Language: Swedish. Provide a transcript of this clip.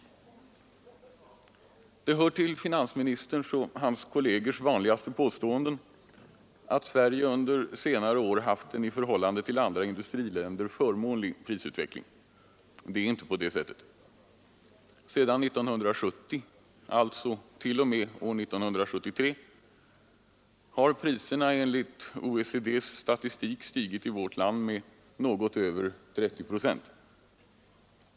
Det hör till finansministerns och hans kollegers vanligaste påståenden att Sverige under senare år haft en i förhållande till andra industriländer förmånlig prisutveckling. Det är inte på det sättet. Sedan 1970 — alltså t.o.m. år 1973 — har priserna i vårt land enligt OECD:s statistik stigit med något över 30 procent.